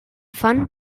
fan